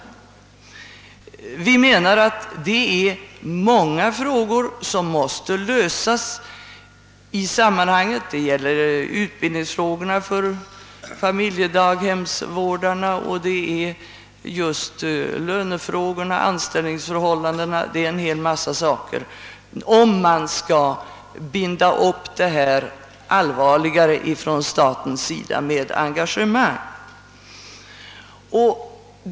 Vi menar att många frågor måste lösas i sammanhanget — frågan om familjedaghemsvårdarnas utbildning, lönefrågorna, anställningsförhållandena och en hel mängd andra problem — om staten skall engagera sig allvarligare i verksamheten.